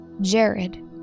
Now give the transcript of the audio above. Jared